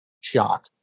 shock